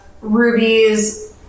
rubies